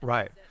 Right